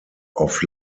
auf